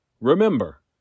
Remember